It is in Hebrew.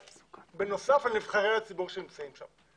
בנוסף על נבחרי הציבור שנמצאים שם.